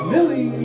Millie